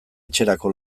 etxerako